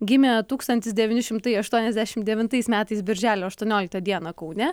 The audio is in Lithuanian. gimė tūkstantis devyni šimtai aštuoniasdešim devintais metais birželio aštuonioliktą dieną kaune